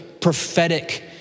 prophetic